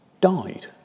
died